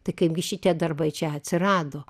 tai kaipgi šitie darbai čia atsirado